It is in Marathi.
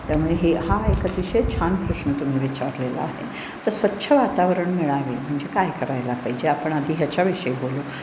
त्यामुळे हे हा एक अतिशय छान प्रश्न तुम्ही विचारलेला आहे तर स्वच्छ वातावरण मिळावे म्हणजे काय करायला पाहिजे आपण आधी ह्याच्याविषयी बोलू